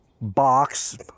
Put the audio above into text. box